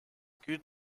good